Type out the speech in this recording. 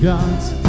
God's